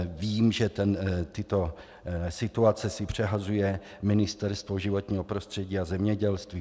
Vím, že tyto situace si přehazuje Ministerstvo životního prostředí a zemědělství.